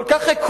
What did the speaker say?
כל כך עקרוני,